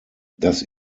das